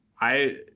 I-